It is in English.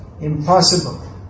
Impossible